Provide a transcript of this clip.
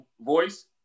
voice